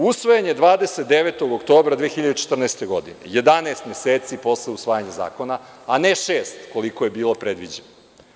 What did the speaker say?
Usvojen je 29. oktobra 2014. godine, 11 meseci posle usvajanja zakona, a ne šest, koliko je bilo predviđeno.